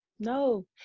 No